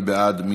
מי בעד?